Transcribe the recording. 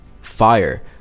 fire